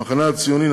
המחנה הציוני,